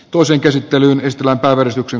toisen käsittelyn estellä äänestänyt